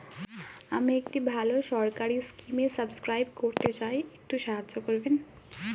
আমি একটি ভালো সরকারি স্কিমে সাব্সক্রাইব করতে চাই, একটু সাহায্য করবেন?